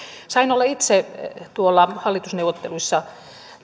sain olla itse tuolla hallitusneuvotteluissa